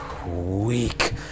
Weak